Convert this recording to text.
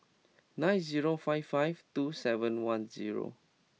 nine zero five five two seven one zero